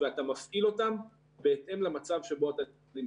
ואתה מפעיל אותם בהתאם למצב שבו אתה נמצא.